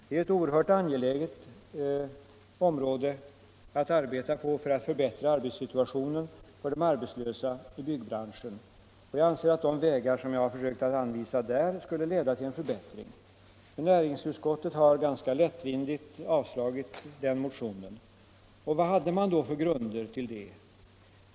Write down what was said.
Det är oerhört angeläget att förbättra arbetssituationen för de arbetslösa i byggbranschen, och jag anser att de vägar jag har försökt anvisa där skulle leda till en förbättring. Men näringsutskottet har — ganska lättvindigt — avstyrkt den motionen. Och vad hade man då för grunder för detta?